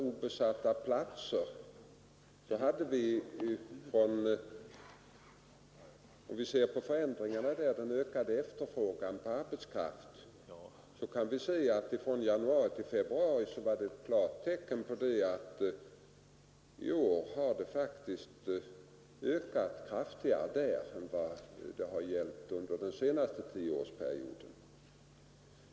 Om vi i stället ser på förändringarna i antalet obesatta platser kan vi säga att från januari till februari finns klara tecken på att efterfrågan på arbetskraft i år faktiskt ökat kraftigare än under den senaste tioårsperioden.